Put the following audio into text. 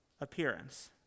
appearance